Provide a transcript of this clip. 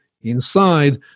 inside